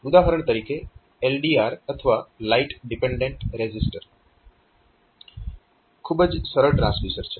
ઉદાહરણ તરીકે LDR અથવા લાઈટ ડિપેન્ડેન્ટ રેઝિસ્ટર ખૂબ જ સરળ ટ્રાન્સડ્યુસર છે